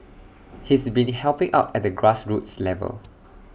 he's been helping out at the grassroots level